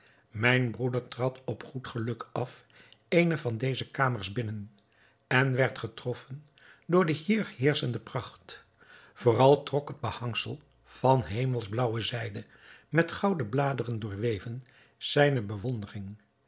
mijn broeder trad op goed geluk af eene van deze kamers binnen en werd getroffen door de hier heerschende pracht vooral trok het behangsel van hemelsblaauwe zijde met gouden bladeren doorweven zijne bewondering